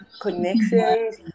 connections